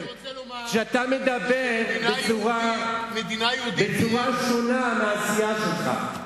אתה מדבר בצורה שונה מהעשייה שלך.